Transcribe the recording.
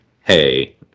hey